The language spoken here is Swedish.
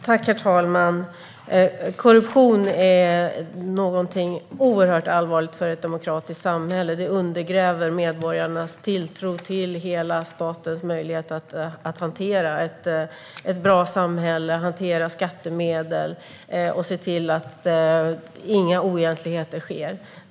Herr talman! Korruption är något oerhört allvarligt för ett demokratiskt samhälle. Det undergräver medborgarnas tilltro till statens möjlighet att hantera ett bra samhälle, att hantera skattemedel och att se till att inga oegentligheter sker.